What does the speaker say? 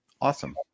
Awesome